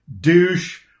douche